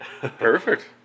Perfect